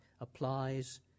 applies